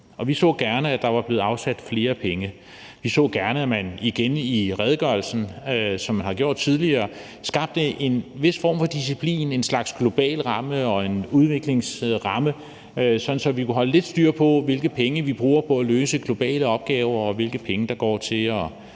Vi så gerne, at der var blevet afsat flere penge. Vi så gerne, at man igen i redegørelsen, som man har gjort tidligere, skabte en vis form for disciplin, en slags global ramme og en udviklingsramme, sådan at vi kunne holde lidt styr på, hvilke penge vi bruger på at løse globale opgaver, og hvilke penge der går til at